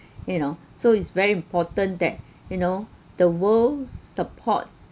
you know so it's very important that you know the world supports